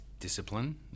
discipline